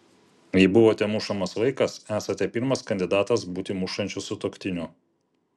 jei buvote mušamas vaikas esate pirmas kandidatas būti mušančiu sutuoktiniu